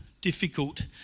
difficult